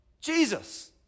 Jesus